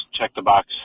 check-the-box